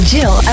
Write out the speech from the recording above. Jill